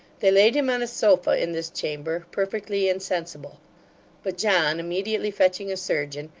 they laid him on a sofa in this chamber, perfectly insensible but john immediately fetching a surgeon,